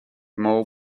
more